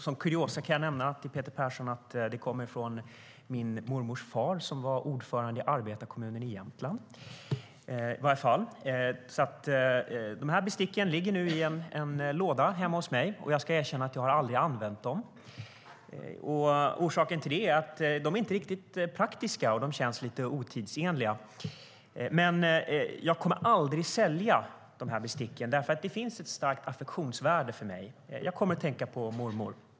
Som kuriosa kan jag nämna för Peter Persson att de kom från min mormors far som var ordförande i arbetarekommunen i Jämtland. Besticken ligger nu i en låda hemma hos mig, och jag ska erkänna att jag aldrig har använt dem. Orsaken är att de inte är riktigt praktiska och känns lite otidsenliga. Men jag kommer aldrig att sälja besticken. De har ett stort affektionsvärde för mig, för jag kommer att tänka på mormor.